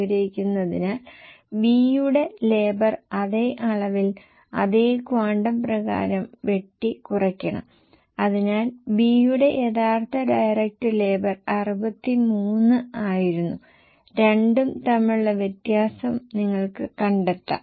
ജീവനക്കാരുടെ ചെലവിനും ഇതേ അനുപാതം പ്രയോഗിക്കുക എന്നാൽ ജീവനക്കാരുടെ ചെലവ് 15 ശതമാനം വർദ്ധിക്കാൻ സാധ്യതയുണ്ടെന്ന് നിങ്ങൾ ഓർമിക്കുക